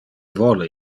vole